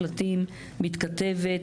הקפצתם,